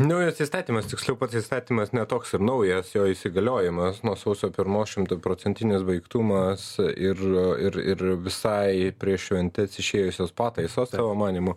naujas įstatymas tiksliau pats įstatymas ne toks ir naujas jo įsigaliojimas nuo sausio pirmos šimtaprocentinis baigtumas ir ir ir visai prieš šventes išėjusios pataisos tavo manymu